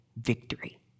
victory